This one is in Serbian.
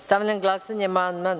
Stavljam na glasanje ovaj amandman.